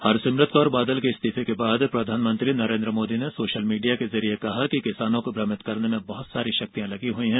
हरसिमरत कौर बादल के इस्तीफे बाद प्रधानमंत्री नरेंद्र मोदी ने सोशल मीडिया के जरिए कहा कि किसानों को भ्रमित करने में बहुत सारी शक्तियां लगी हुई हैं